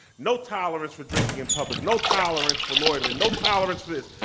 no tolerance for drinking in public, no tolerance for loitering, no tolerance for this.